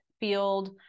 field